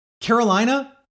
Carolina